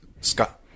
Scott